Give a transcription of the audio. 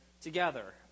together